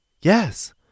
Yes